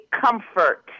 comfort